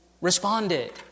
responded